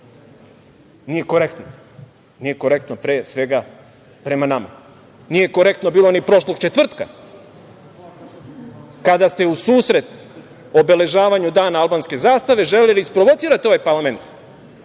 dan. Nije korektno prema nama. Nije korektno bilo ni prošlog četvrtka kada ste u susret obeležavanju Dana albanske zastave želeli da isprovocirate ovaj parlament,